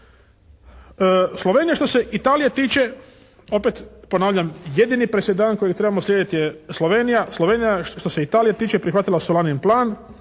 Slovenija što se Italije tiče, opet ponavljam jedini presedan kojeg trebamo slijediti je Slovenija. Slovenija je što se Italije tiče prihvatila Solanin plan